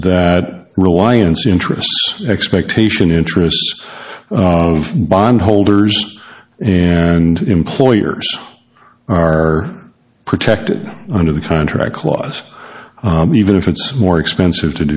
that reliance interests expectation interests of bondholders and employers are protected under the contract clause even if it's more expensive to